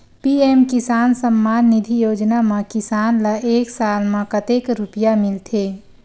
PM Kisan Samman Nidhi योजना म किसान ल एक साल म कतेक रुपिया मिलथे?